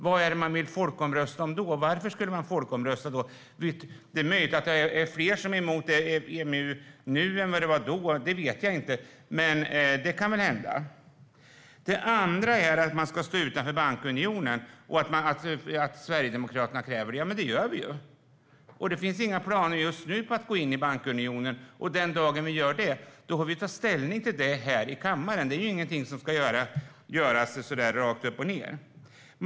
Vad ska vi folkomrösta om och varför? Det är möjligt att fler är emot EMU nu än då. Det vet jag inte, men det kan väl hända. Sverigedemokraterna kräver att vi ska stå utanför bankunionen. Det gör vi ju, och just nu finns inga planer på att gå in i bankunionen. Den dagen det gör det får vi ta ställning till det i denna kammare. Det är inget som ska göras rakt upp och ned.